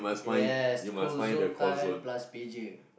yes call zone time plus pager